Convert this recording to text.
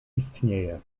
istnieje